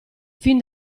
fin